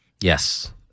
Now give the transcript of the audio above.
Yes